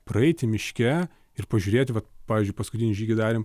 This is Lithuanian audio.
praeiti miške ir pažiūrėti vat pavyzdžiui paskutinį žygį darėm